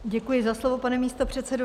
Děkuji za slovo, pane místopředsedo.